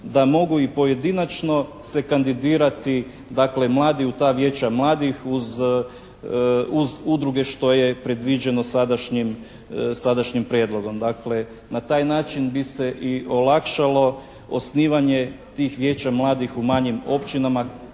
da mogu i pojedinačno se kandidirati, dakle mladi u ta Vijeća mladih uz udruge što je predviđeno sadašnjim prijedlogom. Dakle, na taj način bi se i olakšalo osnivanje tih Vijeća mladih u manjim općinama